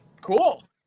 cool